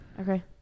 Okay